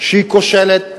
שהיא כושלת,